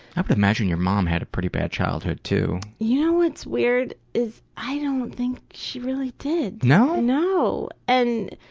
i would imagine your mom had a pretty bad childhood too. you know what's weird, is, i don't think she really did. no? no. and,